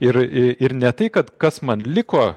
ir ir ne tai kad kas man liko